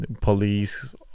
police